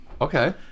okay